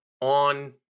on